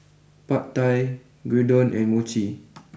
Pad Thai Gyudon and Mochi